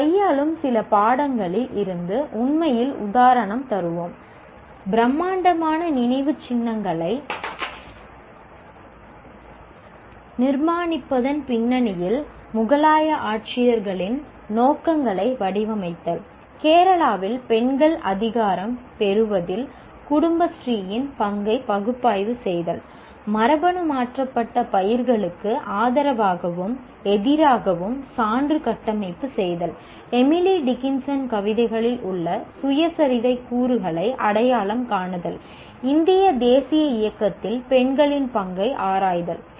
நாம் கையாளும் சில பாடங்களில் இருந்து உண்மையில் உதாரணம் தருவோம் பிரமாண்டமான நினைவுச்சின்னங்களை நிர்மாணிப்பதன் பின்னணியில் முகலாய ஆட்சியாளர்களின் நோக்கங்களை வடிவமைத்தல் கேரளாவில் பெண்கள் அதிகாரம் பெறுவதில் குடும்பஸ்ரீயின் பங்கை பகுப்பாய்வு செய்தல் மரபணு மாற்றப்பட்ட பயிர்களுக்கு ஆதரவாகவும் எதிராகவும் சான்று கட்டமைப்பு செய்தல் எமிலி டிக்கின்சன் கவிதைகளில் உள்ள சுயசரிதை கூறுகளை அடையாளம் காணுதல் இந்திய தேசிய இயக்கத்தில் பெண்களின் பங்கை ஆராய்தல்